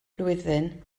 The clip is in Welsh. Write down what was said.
flwyddyn